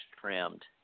trimmed